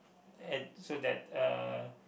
at so that uh